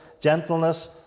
gentleness